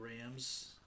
Rams